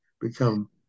become